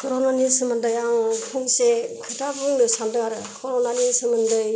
कर'नानि सोमोन्दै आं फंसे खोथा बुंनो सानदों आरो कर'नानि सोमोन्दै